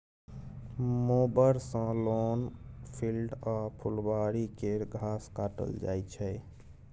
mower सँ lawn, field आ फुलबारी केर घास काटल जाइ छै